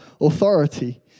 authority